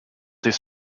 his